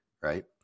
right